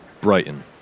Brighton